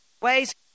ways